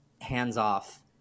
hands-off